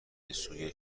بسوی